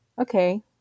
okay